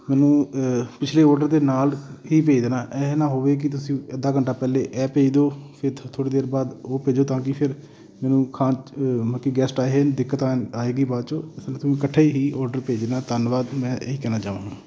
ਮੈਨੂੰ ਪਿਛਲੇ ਔਡਰ ਦੇ ਨਾਲ ਹੀ ਭੇਜ ਦੇਣਾ ਇਹ ਨਾ ਹੋਵੇ ਕਿ ਤੁਸੀਂ ਅੱਧਾ ਘੰਟਾ ਪਹਿਲਾਂ ਇਹ ਭੇਜ ਦਿਓ ਫਿਰ ਥ ਥੋੜ੍ਹੀ ਦੇਰ ਬਾਅਦ ਉਹ ਭੇਜੋ ਤਾਂ ਕਿ ਫਿਰ ਮੈਨੂੰ ਖਾਣ 'ਚ ਬਾਕੀ ਗੈਸਟ ਆਏ ਹੈ ਦਿੱਕਤ ਆ ਆਵੇਗੀ ਬਾਅਦ ਚੋਂ ਇਸ ਲਈ ਤੁਸੀਂ ਇਕੱਠਾ ਹੀ ਔਡਰ ਭੇਜ ਦੇਣਾ ਧੰਨਵਾਦ ਮੈਂ ਇਹ ਹੀ ਕਹਿਣਾ ਚਾਹਾਂਗਾ